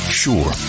sure